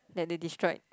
that they destroyed